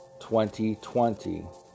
2020